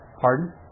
Pardon